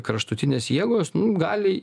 kraštutinės jėgos gali